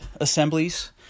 assemblies